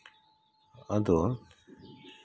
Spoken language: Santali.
ᱟᱫᱚ